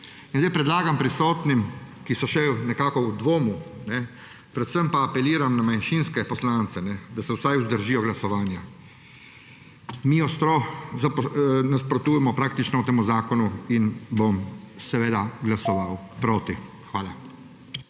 predlagam prisotnim, ki so še nekako v dvomu, predvsem pa apeliram na manjšinske poslance, da se vsaj vzdržijo glasovanja. Mi ostro nasprotujemo temu zakonu in bom seveda glasoval proti. Hvala.